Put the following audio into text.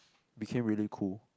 became really cool